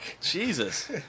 Jesus